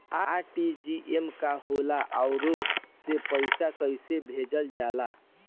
RTGS का होला आउरओ से पईसा कइसे भेजल जला?